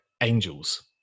Angels